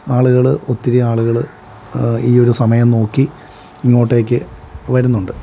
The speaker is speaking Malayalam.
ആളുകൾ ഒത്തിരി ആളുകൾ ഈ ഒരു സമയം നോക്കി ഇങ്ങോട്ടേക്ക് വരുന്നുണ്ട്